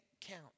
count